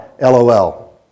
LOL